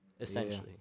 essentially